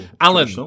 Alan